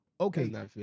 Okay